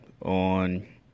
on